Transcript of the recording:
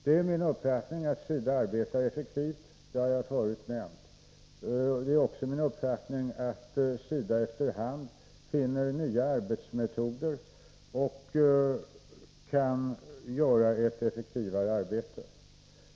Det är min uppfattning att SIDA arbetar effektivt — det har jag nämnt tidigare. Det är också min uppfattning att SIDA genom att efter hand finna nya arbetsmetoder kan göra ett effektivare arbete.